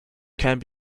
can